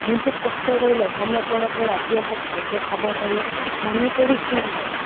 দিনটোত কষ্ট কৰি লঘন নপৰাকৈ ৰাতি এসাঁজ ভালকৈ খাব পাৰোঁ মানুহে পৰিশ্ৰম কৰে